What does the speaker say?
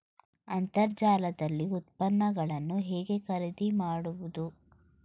ಅಂತರ್ಜಾಲದಲ್ಲಿ ಉತ್ಪನ್ನಗಳನ್ನು ಹೇಗೆ ಖರೀದಿ ಮಾಡುವುದು?